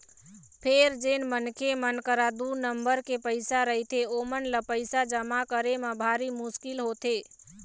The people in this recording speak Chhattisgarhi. फेर जेन मनखे मन करा दू नंबर के पइसा रहिथे ओमन ल पइसा जमा करे म भारी मुसकिल होथे